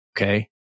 okay